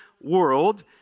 world